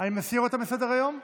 אני מסיר אותה מסדר-היום?